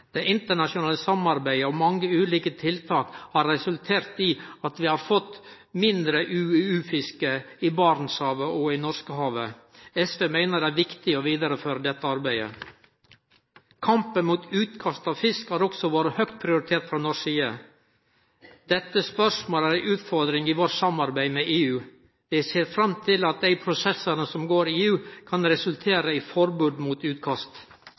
Det internasjonale samarbeidet og mange ulike tiltak har resultert i at vi har fått mindre UUU-fiske i Barentshavet og i Norskehavet. SV meiner det er viktig å vidareføre dette arbeidet. Kampen mot utkast av fisk har også vore høgt prioritert frå norsk side. Dette spørsmålet er ei utfordring i vårt samarbeid med EU. Vi ser fram til at dei prosessane som går i EU, kan resultere i eit forbod mot utkast.